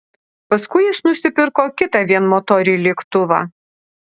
paskui jis nusipirko kitą vienmotorį lėktuvą